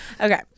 Okay